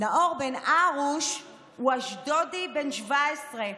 נאור בן הרוש הוא אשדודי בן 17,